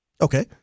Okay